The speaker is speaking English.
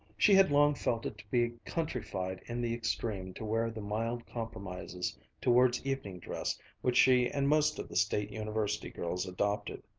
she had long felt it to be countrified in the extreme to wear the mild compromises towards evening-dress which she and most of the state university girls adopted,